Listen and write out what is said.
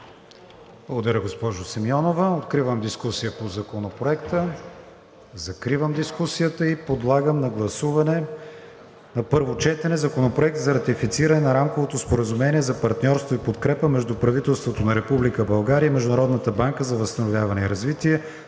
Благодаря, госпожо Симеонова. Откривам дискусия по Законопроекта. Закривам дискусията и подлагам на гласуване на първо четене Законопроект за ратифициране на рамковото споразумение за партньорство и подкрепа между правителството на Република България и